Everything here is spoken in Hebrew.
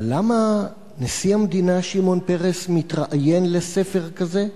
אבל למה נשיא המדינה שמעון פרס מתראיין לספר כזה?